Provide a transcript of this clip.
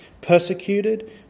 persecuted